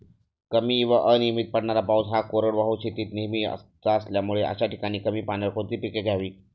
कमी व अनियमित पडणारा पाऊस हा कोरडवाहू शेतीत नेहमीचा असल्यामुळे अशा ठिकाणी कमी पाण्यावर कोणती पिके घ्यावी?